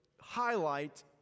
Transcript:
highlight